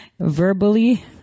verbally